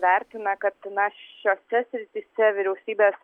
vertina kad na šiose srityse vyriausybės